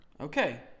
Okay